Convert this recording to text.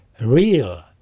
real